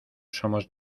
somos